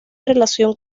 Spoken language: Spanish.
relación